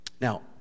Now